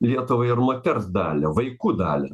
lietuvai ir moters dalią vaikų dalį